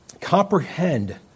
comprehend